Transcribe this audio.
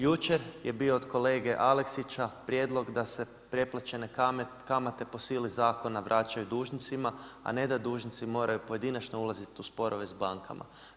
Jučer je bio od kolege Aleksića prijedlog da se preplaćene kamate po sili zakona vračaju dužnicima, a ne da dužnici pojedinačno moraju ulaziti u sporove s bankama.